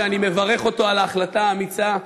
שאני מברך אותו על ההחלטה האמיצה,